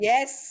Yes